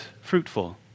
fruitful